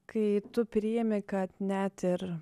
kai tu priėmi kad net ir